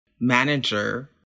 manager